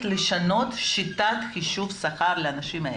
לשנות את שיטת חישוב השכר לאנשים האלה.